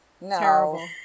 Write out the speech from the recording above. No